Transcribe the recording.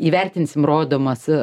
įvertinsim rodomas